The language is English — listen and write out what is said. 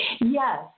Yes